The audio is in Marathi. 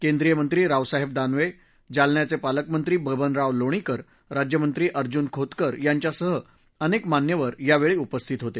केंद्रीय मंत्री रावसाहेब दानवे जालन्याचे पालकमंत्री बबनराव लोणीकर राज्यमंत्री ार्जून खोतकर यांच्यासह ा्रीक मान्यवर यावेळी उपस्थित होते